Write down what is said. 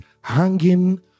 hanging